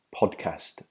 podcast